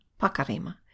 pacarima